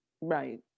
Right